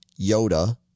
Yoda